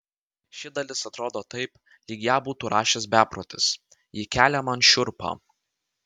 ši dalis atrodo taip lyg ją būtų rašęs beprotis ji kelia man šiurpą